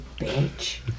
bitch